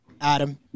Adam